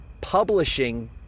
publishing